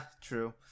true